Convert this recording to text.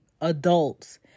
adults